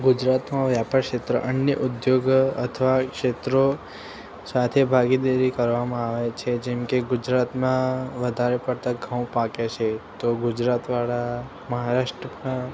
ગુજરાતમાં વ્યાપાર ક્ષેત્ર અન્ય ઉદ્યોગ અથવા ક્ષેત્રો સાથે ભાગીદારી કરવામાં આવે છે જેમ કે ગુજરાતમાં વધારે પડતા ઘઉં પાકે છે તો ગુજરાતવાળા મહારાષ્ટ્રમાં